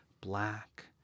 black